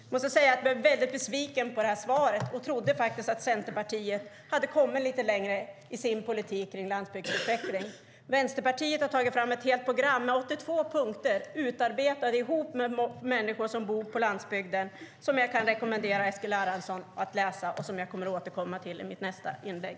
Jag måste säga att jag är väldigt besviken på svaret. Jag trodde faktiskt att Centerpartiet hade kommit lite längre i sin politik för landsbygdsutveckling. Västerpartiet har tagit fram ett program med 82 punkter som har utarbetats tillsammans med människor som bor på landsbygden. Jag kan rekommendera Eskil Erlandsson att läsa programmet, och jag återkommer till det i mitt nästa inlägg.